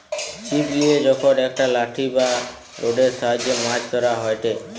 ছিপ লিয়ে যখন একটা লাঠি বা রোডের সাহায্যে মাছ ধরা হয়টে